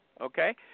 okay